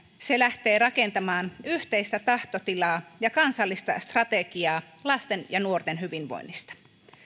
lähtee rakentamaan yhteistä tahtotilaa ja kansallista strategiaa lasten ja nuorten hyvinvoinnista